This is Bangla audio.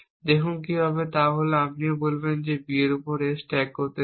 দেখুন কি হবে তা হল আপনি বলবেন আমি B এর উপর A স্ট্যাক করতে চাই